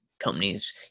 companies